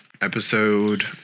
Episode